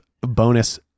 bonus